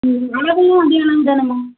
ம் அளவெல்லாம் அதே அளவு தானேம்மா